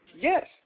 Yes